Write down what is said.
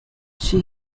she